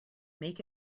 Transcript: make